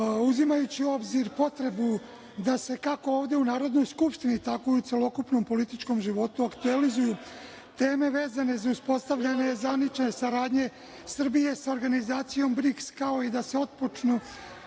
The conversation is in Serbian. Uzimajući u obzir potrebu da se kako ovde u Narodnoj skupštini, tako i u celokupnom političkom životu aktuelizuju teme vezane za uspostavljanje zvanične saradnje Srbije sa organizacijom BRIKS, kao i da se otpočne